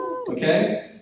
Okay